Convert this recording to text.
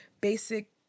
basic